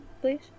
please